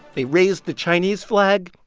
they raised the chinese flag,